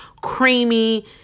creamy